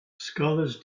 scholars